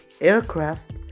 aircraft